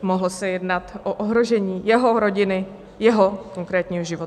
Mohlo se jednat o ohrožení jeho rodiny, jeho konkrétního života.